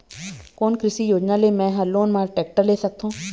कोन कृषि योजना ले मैं हा लोन मा टेक्टर ले सकथों?